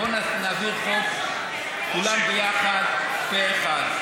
בואו נעביר חוק כולם ביחד, פה אחד.